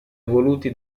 evoluti